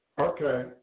Okay